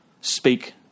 speak